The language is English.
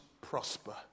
prosper